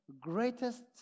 greatest